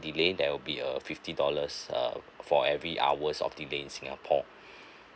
delay there will be a fifty dollars err for every hours of delay in singapore